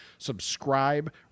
Subscribe